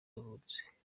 yavutse